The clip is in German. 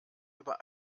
über